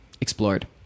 explored